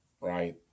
right